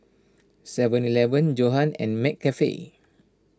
Seven Eleven Johan and McCafe